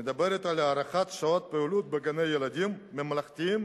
היא מדברת על הארכת שעות הפעילות בגני-הילדים הממלכתיים